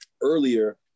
earlier